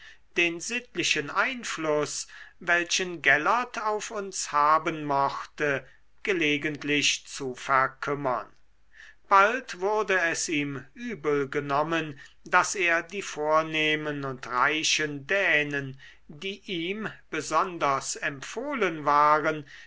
den sittlichen einfluß welchen gellert auf uns haben mochte gelegentlich zu verkümmern bald wurde es ihm übel genommen daß er die vornehmen und reichen dänen die ihm besonders empfohlen waren